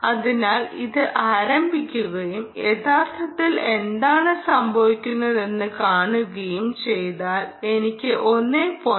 അതിനാൽ ഇത് ആരംഭിക്കുകയും യഥാർത്ഥത്തിൽ എന്താണ് സംഭവിക്കുന്നതെന്ന് കാണുകയും ചെയ്താൽ എനിക്ക് 1